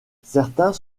certains